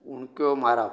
उडक्यो मारप